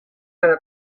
cada